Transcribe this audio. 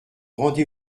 rendez